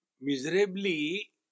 miserably